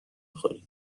میخوری